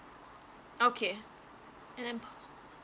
okay mm